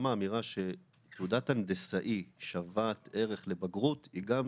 גם האמירה שתעודת הנדסאי שוות ערך לבגרות היא גם